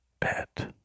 pet